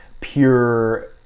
pure